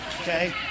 okay